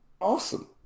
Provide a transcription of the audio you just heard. awesome